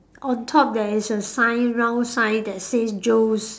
on top there is a sign round sign that says Joe's